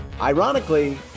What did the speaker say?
Ironically